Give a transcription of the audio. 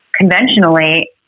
conventionally